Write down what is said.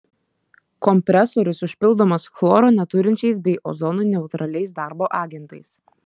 kompresorius užpildomas chloro neturinčiais bei ozonui neutraliais darbo agentais